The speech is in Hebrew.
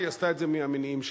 היא עשתה את זה מהמניעים שלה,